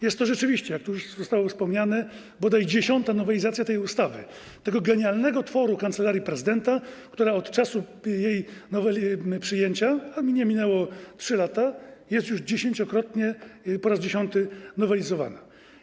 Jest to rzeczywiście, jak tu już zostało wspomniane, bodaj dziesiąta nowelizacja tej ustawy - tego genialnego tworu Kancelarii Prezydenta - która od czasu jej przyjęcia, a nie minęły 3 lata, jest już po raz dziesiąty nowelizowana.